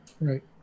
right